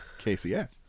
KCS